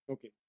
Okay